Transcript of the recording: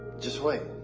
just wait.